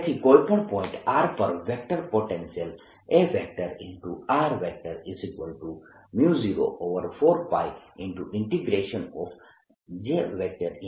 તેથી કોઈ પણ પોઇન્ટ r પર vector potential A04πJ r|r r|dV થશે જે 04πKδz y|r r|dV ના બરાબર છે